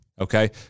Okay